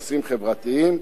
בנושאים חברתיים,